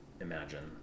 imagine